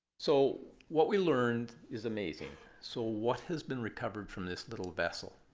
so what we learned is amazing so what has been recovered from this little vessel.